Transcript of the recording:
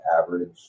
average